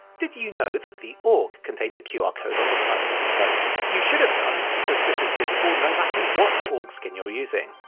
did you know that the aug contains a qr code on the side of its scope? you should have done, because this is visible no matter what aug skin you're using.